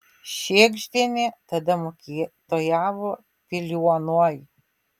šėgždienė tada mokytojavo piliuonoj